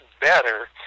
better